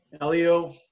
Elio